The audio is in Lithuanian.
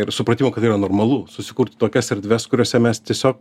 ir supratimo kad tai yra normalu susikurti tokias erdves kuriose mes tiesiog